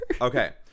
Okay